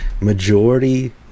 Majority